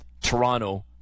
Toronto